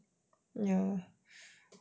ya